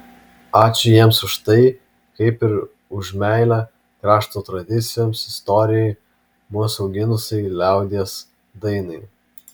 ačiū jiems už tai kaip ir už meilę krašto tradicijoms istorijai mus auginusiai liaudies dainai